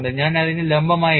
ഞാൻ അതിനെ ലംബമായി ഇട്ടു